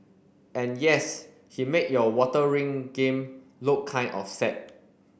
and yes he made your water ring game look kind of sad